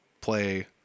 play